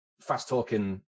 fast-talking